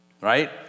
right